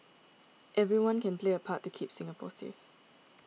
everyone can play a part to keep Singapore safe